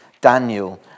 Daniel